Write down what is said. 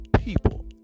people